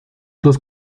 dos